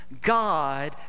God